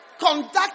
Conduct